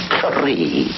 three